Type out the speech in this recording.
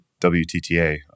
WTTA